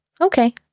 Okay